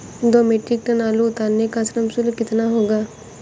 दो metric ton आलू उतारने का श्रम शुल्क कितना होगा?